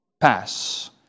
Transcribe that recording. pass